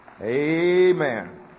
Amen